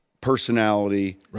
personality